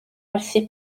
werthu